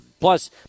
Plus